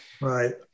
Right